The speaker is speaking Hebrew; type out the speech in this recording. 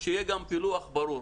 שיהיה גם פילוח ברור